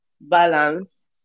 balance